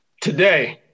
today